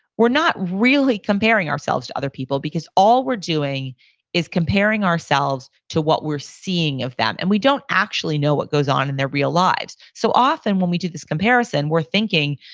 we're not really comparing ourselves to other people. because all we're doing is comparing ourselves to what we're seeing of them. and we don't actually know what goes on in their real lives. so often, when we do this comparison, we're thinking,